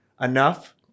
enough